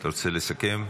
אתה רוצה לסכם?